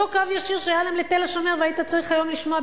אותו קו ישיר שהיה להם ל"תל-השומר" והיית צריך היום לשמוע,